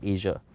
Asia